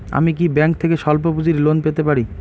আমি কি ব্যাংক থেকে স্বল্প পুঁজির লোন পেতে পারি?